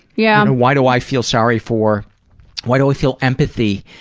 yeah and why do i feel sorry for why do i feel empathy